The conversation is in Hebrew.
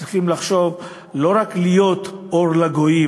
אנחנו צריכים לחשוב לא רק להיות אור לגויים.